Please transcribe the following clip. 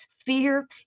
Fear